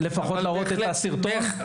לפחות להראות את הסרטון.